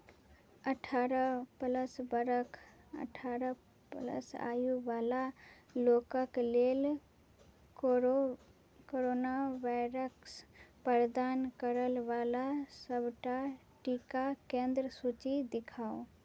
अठारह प्लस बरख अठारह प्लस आयुवाला लोकक लेल कोरो कोरोना वाइरस प्रदान करय वला सबटा टीका केन्द्र सूची दिखाउ